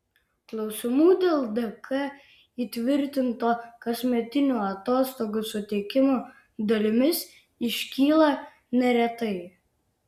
klausimų dėl dk įtvirtinto kasmetinių atostogų suteikimo dalimis iškyla neretai